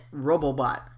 Robobot